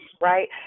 Right